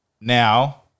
now